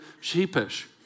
sheepish